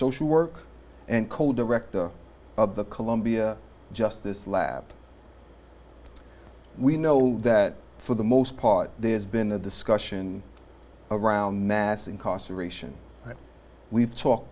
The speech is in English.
social work and co director of the columbia justice lab we know that for the most part there's been a discussion around mass incarceration we've talked